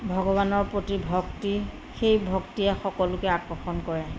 ভগৱানৰ প্ৰতি ভক্তি সেই ভক্তিয়ে সকলোকে আকৰ্ষণ কৰে